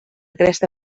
cresta